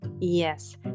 Yes